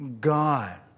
god